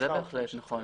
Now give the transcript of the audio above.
נכון.